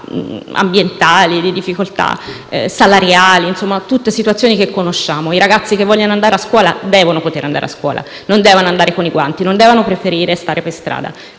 ambientali e salariali, tutte situazioni che conosciamo. I ragazzi che vogliono andare a scuola devono poterci andare; non devono andarci con i guanti, non devono preferire stare per strada.